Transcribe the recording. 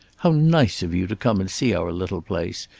how nice of you to come and see our little place.